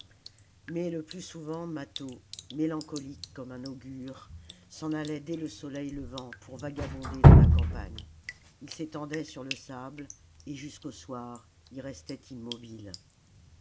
mais le plus souvent mâtho mélancolique comme un augure s'en allait dès le soleil levant pour vagabonder dans la campagne ii s'étendait sur le sable et jusqu'au soir y restait immobile